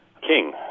king